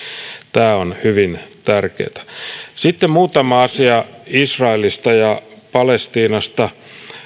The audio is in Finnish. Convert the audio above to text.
tämä on hyvin tärkeätä sitten muutama asia israelista ja palestiinasta